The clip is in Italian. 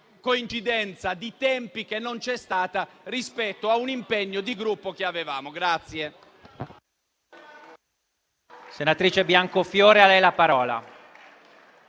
coincidenza di tempi che non c'è stata rispetto a un impegno di Gruppo che avevamo.